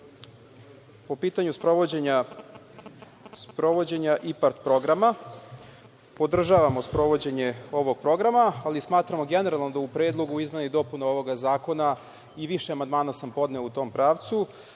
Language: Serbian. po pitanju sprovođenja IPARD programa. Podržavamo sprovođenje ovog programa, ali smatramo generalno da u Predlogu izmena i dopuna ovoga zakona, i više amandmana sam podneo u tom pravcu,